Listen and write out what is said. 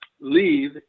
leave